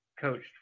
coached